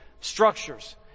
structures